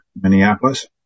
Minneapolis